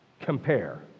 compare